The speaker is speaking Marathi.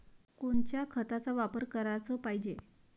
कोनच्या खताचा वापर कराच पायजे?